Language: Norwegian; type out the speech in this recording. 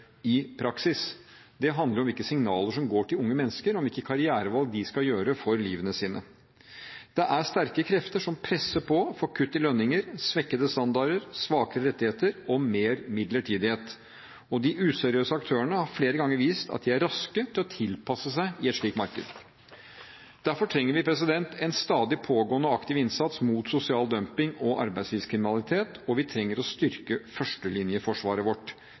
i praksis. Det handler om hvilke signaler som går til unge mennesker om hvilke karrierevalg de skal gjøre i livet sitt. Det er sterke krefter som presser på for kutt i lønninger, svekkede standarder, svakere rettigheter og mer midlertidighet. De useriøse aktørene har flere ganger vist at de er raske til å tilpasse seg i et slikt marked. Derfor trenger vi en stadig pågående og aktiv innsats mot sosial dumping og arbeidslivskriminalitet, og vi trenger å styrke førstelinjeforsvaret vårt.